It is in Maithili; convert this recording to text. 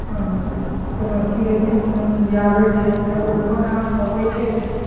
हँ कोनो चिड़य चुनमुनी आबय छै तऽ ओइ मकानपर बैठय छै